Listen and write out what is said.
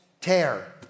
tear